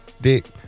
dick